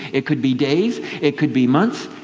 it could be days, it could be months,